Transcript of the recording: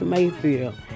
Mayfield